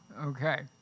Okay